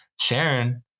Sharon